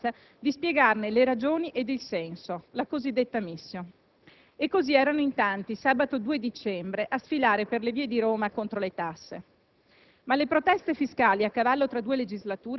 incapace in parte, nella stessa maggioranza, di spiegarne le ragioni ed il senso, la cosiddetta *mission*. E così erano in tanti sabato 2 dicembre a sfilare per le vie di Roma contro le tasse.